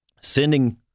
sending